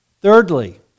Thirdly